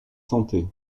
santé